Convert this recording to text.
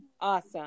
Awesome